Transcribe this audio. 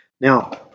now